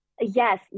Yes